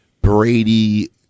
Brady